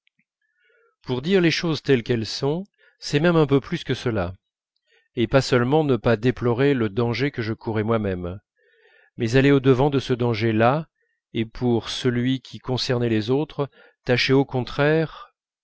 pour dire les choses telles qu'elles sont c'est même un peu plus que cela et pas seulement ne pas déplorer le danger que je courais moi-même mais aller au devant de ce danger là et pour celui qui concernait les autres tâcher au contraire